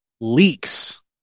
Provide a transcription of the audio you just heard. leaks